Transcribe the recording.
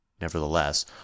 Nevertheless